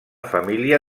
família